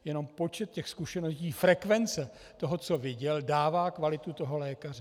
Jenom počet těch zkušeností, frekvence toho, co viděl, dává kvalitu lékaře.